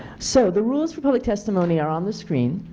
so, the rules for public testimony are on the screen,